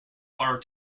horror